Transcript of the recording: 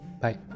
Bye